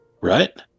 Right